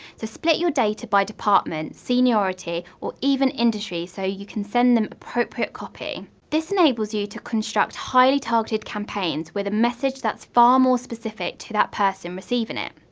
split your data by department, seniority or even industry so you can send them appropriate copy. this enables you to construct highly targeted campaigns, with a message that's far more specific to that person receiving it.